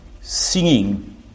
singing